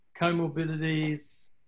comorbidities